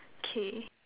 K